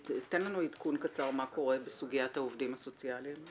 תן לנו עדכון קצר מה קורה בסוגיית העובדים הסוציאליים.